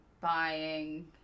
buying